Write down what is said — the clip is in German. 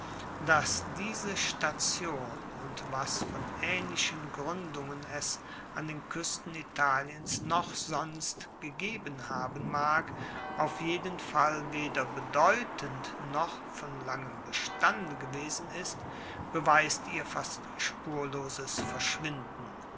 dass diese station und was von aehnlichen gruendungen es an den kuesten italiens noch sonst gegeben haben mag auf jeden fall weder bedeutend noch von langem bestande gewesen ist beweist ihr fast spurloses verschwinden